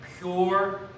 pure